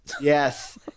Yes